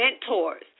mentors